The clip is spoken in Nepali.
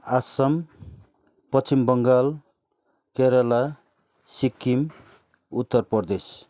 आसाम पश्चिमबङ्गाल केरेला सिक्किम उत्तर प्रदेश